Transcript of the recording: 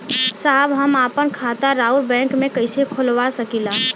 साहब हम आपन खाता राउर बैंक में कैसे खोलवा सकीला?